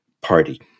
party